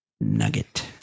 nugget